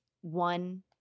one